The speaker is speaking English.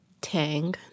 Tang